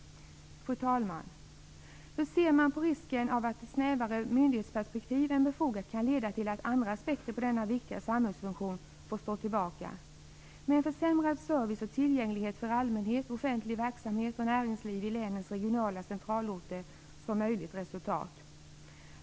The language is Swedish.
Fru talman! Hur ser man på risken att snävare myndighetsperspektiv än befogat kan leda till att andra aspekter på denna viktiga samhällsfunktion får stå tillbaka - med försämrad service och tillgänglighet för allmänhet, offentlig verksamhet och näringsliv i länens regionala centralorter som möjligt resultat?